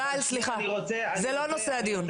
ענבל, זה לא נושא הדיון.